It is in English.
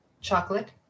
chocolate